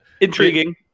intriguing